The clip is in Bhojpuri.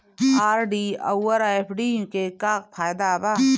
आर.डी आउर एफ.डी के का फायदा बा?